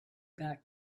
back